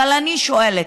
אבל אני שואלת: